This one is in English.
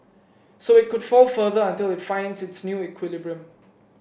so it could fall further until it finds its new equilibrium